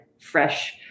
fresh